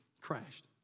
crashed